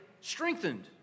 strengthened